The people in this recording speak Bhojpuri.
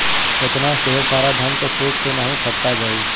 एतना ढेर सारा धान त सूप से नाहीं फटका पाई